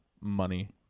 money